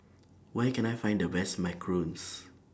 Where Can I Find The Best Macarons